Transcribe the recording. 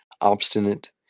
obstinate